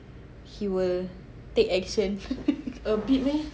he will take action